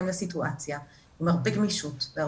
מאוד יפים בכל מיני זירות ופורומים ואני חושבת שצריך